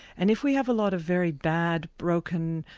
and if we have a lot of very bad, broken,